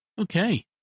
Okay